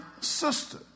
sister